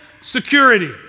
security